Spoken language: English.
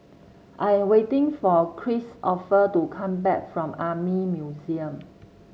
I am waiting for Kristoffer to come back from Army Museum